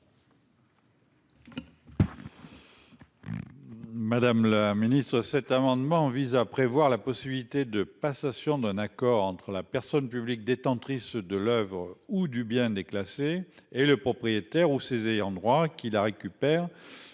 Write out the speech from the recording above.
Madame la Ministre, cet amendement vise à prévoir la possibilité de passation d'un accord entre la personne publique détentrice de l'oeuvre ou du bien est classé et le propriétaire ou ses ayants droit qui la récupère